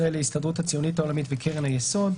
ישראל ההסתדרות הציונית העולמית וקרן היסוד,